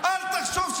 תשמעו.